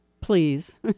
please